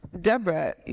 Deborah